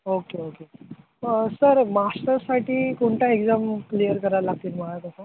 okay okay sir मास्टर्ससाठी कोणता exam clear करावे लागतील मला तसं